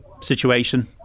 situation